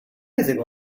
anything